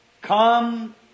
come